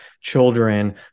children